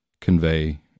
convey